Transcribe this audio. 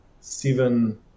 seven